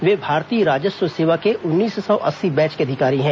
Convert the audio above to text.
वे भारतीय राजस्व सेवा के उन्नीस सौ अस्सी बैच के अधिकारी हैं